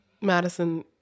Madison